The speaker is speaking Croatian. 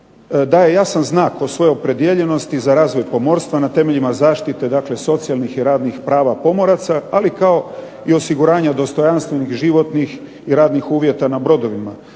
daje jasan znak o svojoj opredijeljenosti za razvoj pomorstva na temeljima zaštite, dakle socijalnih i radnih prava pomoraca, ali i kao i osiguranje o dostojanstvenih životnih i radnih uvjeta na brodovima.